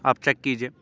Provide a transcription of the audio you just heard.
آپ چیک کیجیے